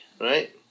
Right